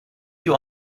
you